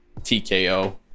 TKO